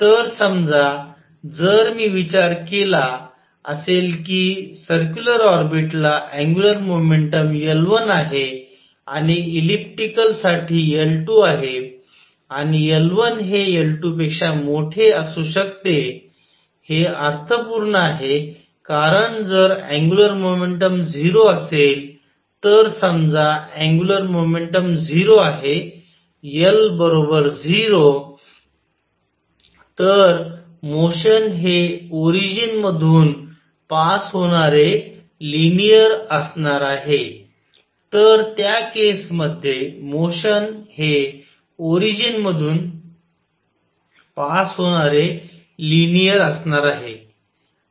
तर समजा जर मी विचार केला असेल की सर्क्युलर ऑर्बिट ला अँग्युलर मोमेंटम L1 आहे आणि इलिप्टिकल साठी L2 आहे आणि L1 हे L2 पेक्षा मोठे असू शकते हे अर्थपूर्ण आहे कारण जर अँग्युलर मोमेंटम 0 असेल तर समजा अँग्युलर मोमेंटम 0 आहे L 0 तर मोशन हे ओरिजिन मधून पास होणारे लिनियर असणार आहे तर त्या केस मध्ये मोशन हे ओरिजिन मधून पास होणारे लिनियर असणार आहे